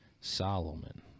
Solomon